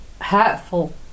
hurtful